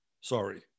Sorry